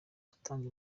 agatanga